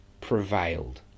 prevailed